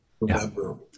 remember